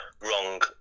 wrong